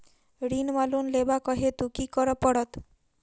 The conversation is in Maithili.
ऋण वा लोन लेबाक हेतु की करऽ पड़त?